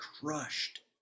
crushed